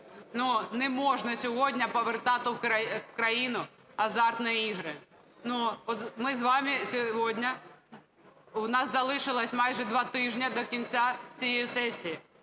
неможна сьогодні повертати в країну азартні ігри. Ми з вами сьогодні… У нас залишилось майже два тижні до кінця цієї сесії.